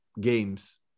games